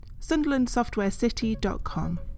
Sunderlandsoftwarecity.com